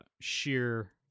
sheer